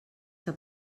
que